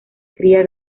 cría